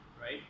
right